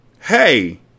Hey